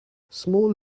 small